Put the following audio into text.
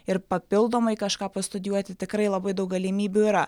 ir papildomai kažką pastudijuoti tikrai labai daug galimybių yra